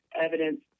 evidence